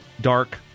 dark